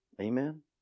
Amen